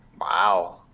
Wow